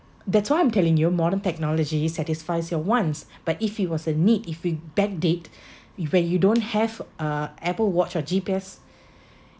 that's why I'm telling you modern technology satisfies your wants but if it was a need if you backdate when you don't have uh apple watch or G_P_S